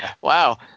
Wow